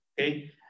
Okay